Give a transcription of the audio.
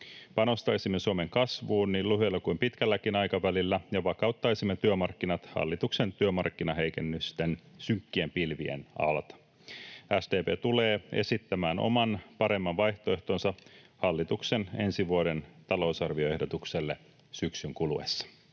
Panostaisimme Suomen kasvuun niin lyhyellä kuin pitkälläkin aikavälillä, ja vakauttaisimme työmarkkinat hallituksen työmarkkinaheikennysten synkkien pilvien alta. SDP tulee esittämään oman, paremman vaihtoehtonsa hallituksen ensi vuoden talousarvioehdotukselle syksyn kuluessa.